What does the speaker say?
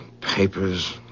papers